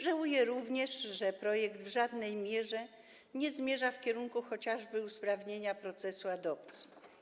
Żałuję również, że projekt w żadnej mierze nie zmierza w kierunku chociażby usprawnienia procesu adopcji.